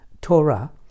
Torah